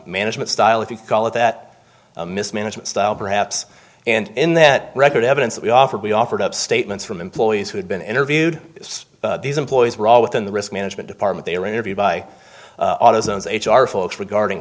management style if you call it that mismanagement style perhaps and in that record evidence that we offered we offered up statements from employees who had been interviewed these employees were all within the risk management department they were interviewed by autism's h r folks regarding